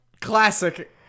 Classic